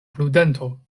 prudento